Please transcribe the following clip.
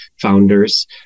founders